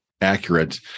accurate